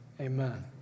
amen